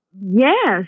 yes